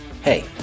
Hey